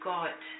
God